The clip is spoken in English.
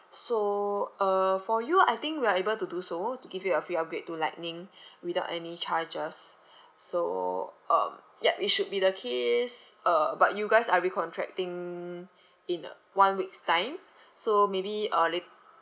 so uh for you I think we are able to do so to give you a free upgrade to lightning without any charges so um yup it should be the case uh but you guys are recontracting in a one week's time so maybe uh lat~